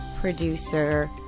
producer